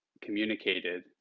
communicated